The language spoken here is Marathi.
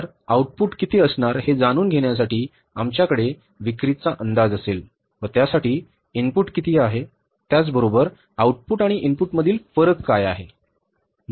तर आऊटपुट किती असणार हे जाणून घेण्यासाठी आमच्याकडे विक्रीचा अंदाज असेल व त्यासाठी इनपुट किती आहे त्याचबरोबर आउटपुट आणि इनपुटमधील फरक काय आहे